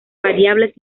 variables